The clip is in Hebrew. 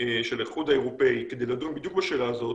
של האיחוד האירופי כדי לדון בדיוק בשאלה הזאת,